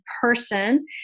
person